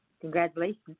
Congratulations